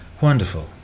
wonderful